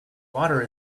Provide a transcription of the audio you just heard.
water